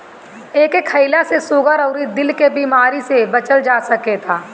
एके खईला से सुगर अउरी दिल के बेमारी से बचल जा सकता